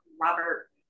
Robert